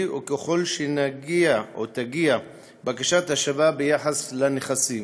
או ככל שתגיע בקשת השבה ביחס לנכסים.